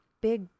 big